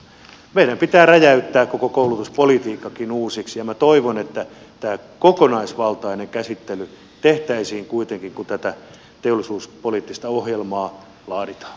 meidän pitää räjäyttää koko koulutuspolitiikkakin uusiksi ja minä toivon että tämä kokonaisvaltainen käsittely tehtäisiin kuitenkin kun tätä teollisuuspoliittista ohjelmaa laaditaan